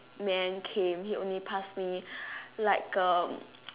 man came he only pass me like um